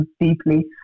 deeply